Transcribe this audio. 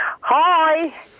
Hi